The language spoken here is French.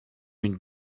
une